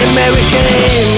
American